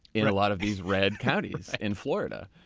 in a lot of these red counties in florida.